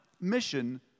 mission